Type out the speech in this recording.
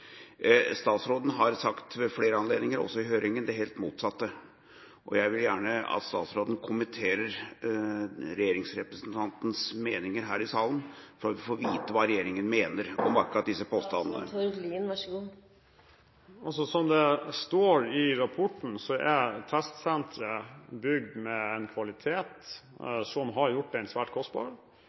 Statsråden har ved flere anledninger – også i høringa – sagt det helt motsatte. Jeg vil gjerne at statsråden kommenterer regjeringspartirepresentantens meninger her i salen, for å få vite hva regjeringa mener om akkurat disse påstandene. Som det også står i rapporten, er testsenteret bygd med en kvalitet som har gjort det svært